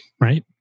right